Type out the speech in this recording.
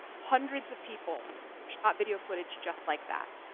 hundreds of people shot video footage just like that.